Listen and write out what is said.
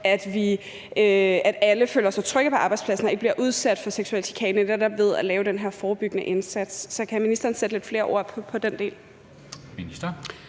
at alle føler sig trygge på arbejdspladsen og ikke bliver udsat for seksuel chikane, netop ved at lave den her forebyggende indsats. Så kan ministeren sætte lidt flere ord på den del?